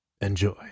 Enjoy